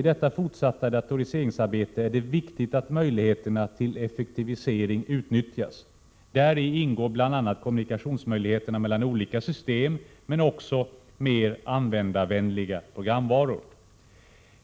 I detta fortsatta datoriseringsarbete är det viktigt att möjligheterna till effektivisering utnyttjas. Däri ingår bl.a. möjligheterna till kommunikation mellan olika system men också mer användarvänliga programvaror.